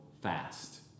fast